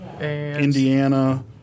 Indiana